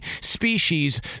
species